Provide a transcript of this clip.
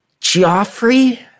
Joffrey